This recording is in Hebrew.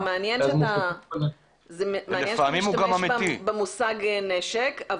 מעניין שאתה משתמש במושג נשק.